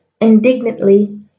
indignantly